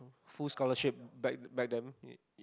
full scholarship back back then